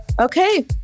okay